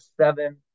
seven